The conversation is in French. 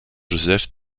joseph